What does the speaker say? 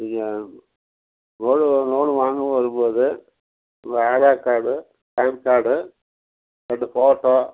நீங்கள் loan loan வாங்க வரும்போது உங்கள் ஆதார் கார்டு பான் கார்டு ரெண்டு ஃபோட்டோ